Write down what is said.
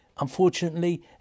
Unfortunately